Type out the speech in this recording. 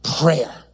prayer